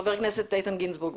חבר הכנסת איתן גינזבורג.